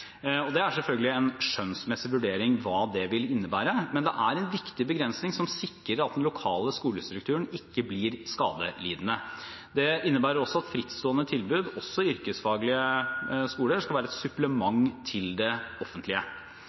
det vil innebære, er selvfølgelig en skjønnsmessig vurdering, men det er en viktig begrensning som sikrer at den lokale skolestrukturen ikke blir skadelidende. Det innebærer også at frittstående tilbud – også yrkesfaglige skoler – skal være et supplement til det offentlige.